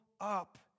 up